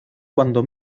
cuando